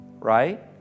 right